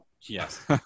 Yes